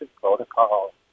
protocol